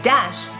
Dash